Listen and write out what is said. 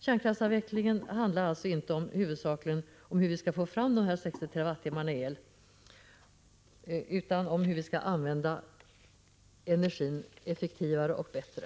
Kärnkraftsavveckling handlar alltså inte huvudsakligen om hur vi skall få fram de 60 TWh el som kärnkraften nu anses ge utan om hur vi skall använda energin effektivare och bättre.